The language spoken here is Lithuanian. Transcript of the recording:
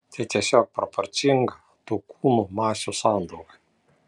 tai tiesiog proporcinga tų kūnų masių sandaugai